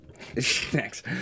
Thanks